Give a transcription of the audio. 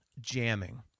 jamming